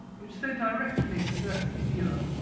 which so directly address the viewer,